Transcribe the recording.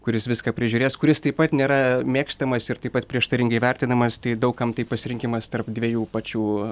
kuris viską prižiūrės kuris taip pat nėra mėgstamas ir taip pat prieštaringai vertinamas tai daug kam tai pasirinkimas tarp dviejų pačių